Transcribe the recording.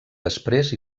després